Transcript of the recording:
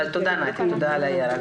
נתי, תודה על ההערה.